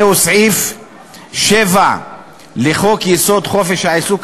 זהו סעיף 7 לחוק-יסוד: חופש העיסוק,